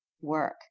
work